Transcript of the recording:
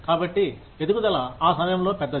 కాబట్టి ఎదుగుదల ఆ సమయంలో పెద్దది